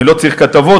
אני לא צריך כתבות,